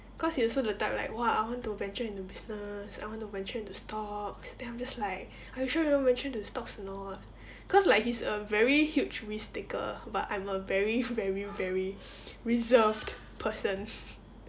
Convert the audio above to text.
cause he also the type like !wah! I want to venture into business I want to venture into stocks then I'm just like are you sure you want to venture into stocks or not cause like he's like a very huge risk taker but I'm a very very very reserved person